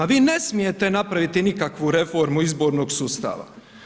Vi ne smijete napraviti nikakvu reformu izbornog sustava.